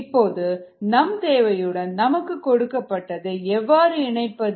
இப்பொழுது நம் தேவையுடன் நமக்கு கொடுக்கப்பட்டதை எவ்வாறு இணைப்பது